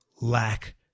lack